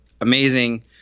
amazing